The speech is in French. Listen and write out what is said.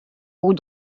aux